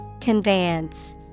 Conveyance